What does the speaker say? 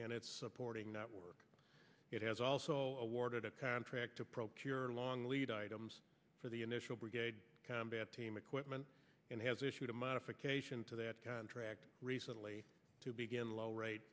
and its supporting network it has also warded a contract to procure long lead items for the initial brigade combat team equipment and has issued a modification to that contract recently to begin low rate